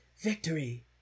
victory